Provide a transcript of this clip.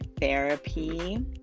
therapy